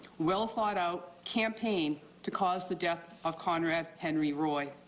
well thought out campaign to cause the death of conrad henri roy.